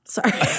Sorry